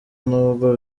nubwo